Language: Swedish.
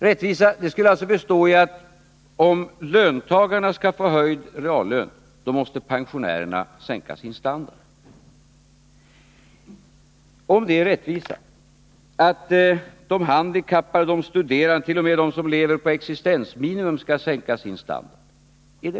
Rättvisa skulle alltså bestå i att om löntagarna skall få en höjd reallön, måste pensionärerna sänka sin standard! Är det rättvisa att de handikappade, de studerande, t.o.m. de som lever på existensminimum skall sänka sin standard?